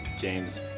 James